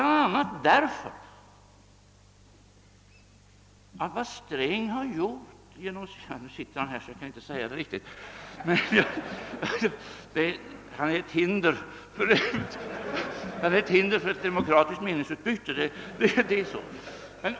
Nu sitter herr Sträng här, så jag kan inte säga vad han har gjort — han är just nu ett hinder för ett demokratiskt meningsutbyte.